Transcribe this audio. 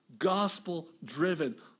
gospel-driven